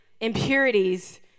impurities